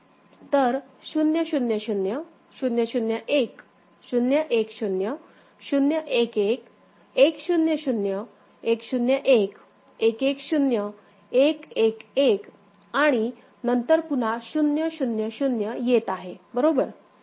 तर 0 0 0 0 0 1 0 1 0 0 1 1 1 0 0 1 0 1 1 1 0 1 1 1 आणि नंतर पुन्हा 0 0 0 येत आहे बरोबर